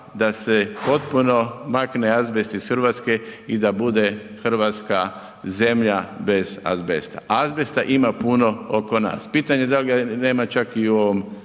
da se potpuno makne azbest iz Hrvatske i da bude Hrvatska zemlja bez azbesta. Azbesta ima puno oko nas. Pitanje da ga nema čak i u ovom